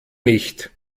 nicht